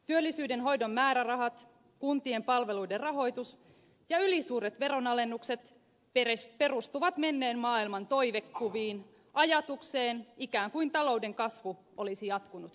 työllisyyden hoidon määrärahat kuntien palveluiden rahoitus ja ylisuuret veronalennukset perustuvat menneen maailman toivekuviin ajatukseen ikään kuin talouden kasvu olisi jatkunut hyvänä